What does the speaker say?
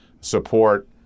support